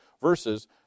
versus